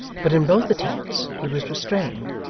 but in both attempts he was restrained,